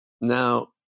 Now